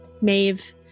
Maeve